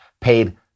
paid